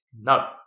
no